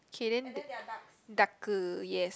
okay then darker yes